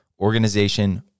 organization